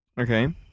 Okay